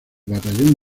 batallón